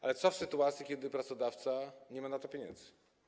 Ale co w sytuacji kiedy pracodawca nie ma na to pieniędzy?